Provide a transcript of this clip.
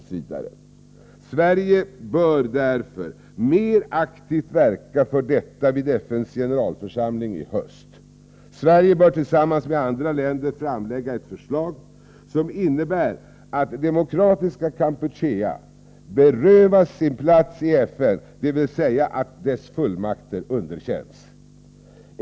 Sverige bör därför mer aktivt verka för detta vid FN:s generalförsamling i höst. Sverige bör tillsammans med andra länder framlägga ett förslag som innebär att Demokratiska Kampuchea berövas sin plats i FN, dvs. att dess fullmakter underkänns.